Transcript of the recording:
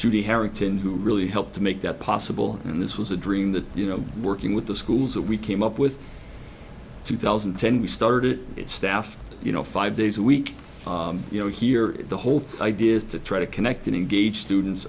judy harrington who really helped to make that possible and this was a dream that you know working with the schools that we came up with two thousand and ten we started it staff you know five days a week you know here the whole idea is to try to connect and engage students